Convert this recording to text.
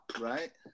right